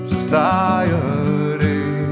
Society